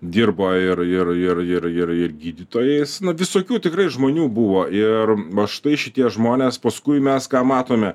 dirbo ir ir ir ir ir ir gydytojais nu visokių tikrai žmonių buvo ir va štai šitie žmonės paskui mes ką matome